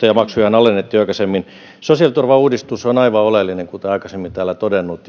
ja maksuja on alennettu jo aikaisemmin sosiaaliturvauudistus on aivan oleellinen kuten aikaisemmin olen täällä todennut